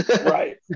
Right